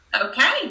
okay